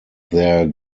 their